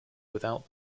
without